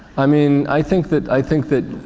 i mean, i think that, i think that,